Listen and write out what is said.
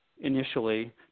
initially